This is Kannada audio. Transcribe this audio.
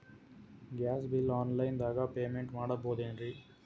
ಗ್ಯಾಸ್ ಬಿಲ್ ಆನ್ ಲೈನ್ ದಾಗ ಪೇಮೆಂಟ ಮಾಡಬೋದೇನ್ರಿ?